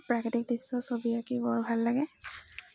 প্ৰাকৃতিক দৃশ্য ছবি আঁকি বৰ ভাল লাগে